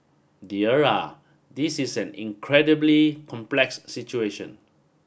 dear ah this is an incredibly complex situation